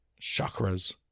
Chakras